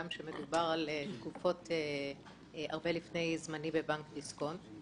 גם כשמדובר על תקופה לפני זמני בבנק דיסקונט.